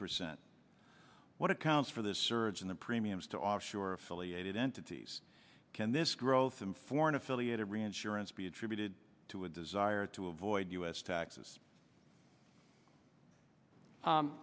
percent what accounts for this surge in the premiums to offshore affiliated entities can this growth in foreign affiliated reinsurance be attributed to a desire to avoid u s taxes